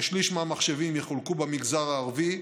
כשליש מהמחשבים יחולקו במגזר הערבי,